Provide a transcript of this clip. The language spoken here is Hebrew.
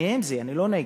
אני עם זה, אני לא נגד.